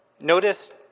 Notice